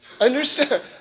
Understand